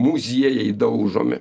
muziejai daužomi